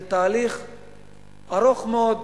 זה תהליך ארוך מאוד,